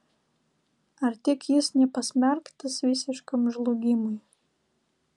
ar tik jis nepasmerktas visiškam žlugimui